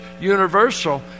universal